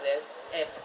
well and